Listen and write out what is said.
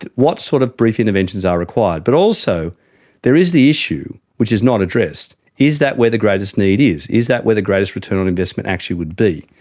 what sort of brief interventions are required? but also there is the issue, which is not addressed is that where the greatest need is, is that where the greatest return on investment actually would be?